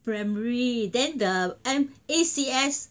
primary then the m A_C_S